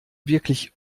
wirklich